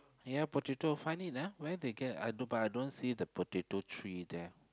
ya potato find it ah where they get I don't but I don't see the potato tree there